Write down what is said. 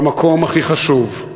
במקום הכי חשוב,